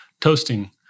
toasting